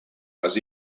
les